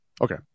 Okay